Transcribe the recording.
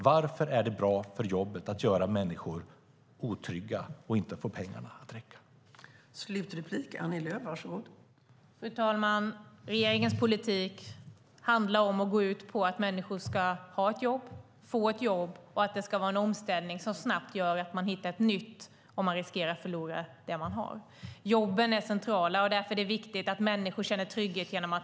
Varför är det bra för jobben att människor görs otrygga och inte får pengarna att räcka?